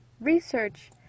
Research